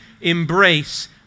embrace